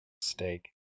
steak